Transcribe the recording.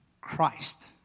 Christ